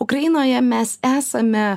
ukrainoje mes esame